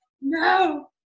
no